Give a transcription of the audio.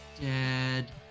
dead